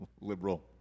liberal